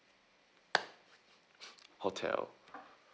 hotel